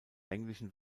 englischen